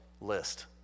list